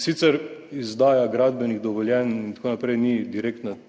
Sicer izdaja gradbenih dovoljenj in tako naprej, ni direktna